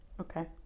Okay